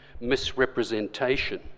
misrepresentation